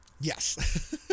Yes